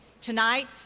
Tonight